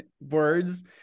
words